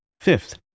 Fifth